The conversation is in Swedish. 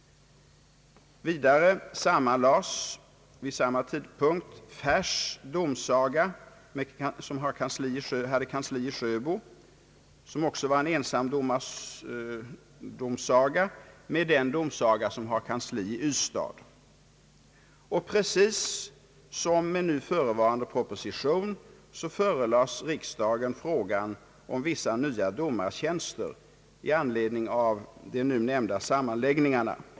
Vidare sammanlades vid samma tidpunkt Färs domsaga med kansli i Sjöbo, som också var en ensamdomardomsaga, med den domsaga som har kansli i Ystad. Precis som med nu förevarande proposition förelades riksdagen frågan om vissa nya domartjänster i anledning av de nu nämnda sammanläggningarna.